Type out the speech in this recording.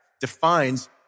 defines